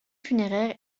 funéraire